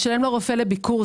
לשלם לרופא לביקור.